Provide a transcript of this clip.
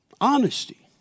Honesty